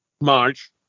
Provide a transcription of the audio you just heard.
March